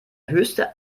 höchste